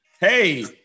hey